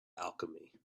alchemy